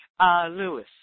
Lewis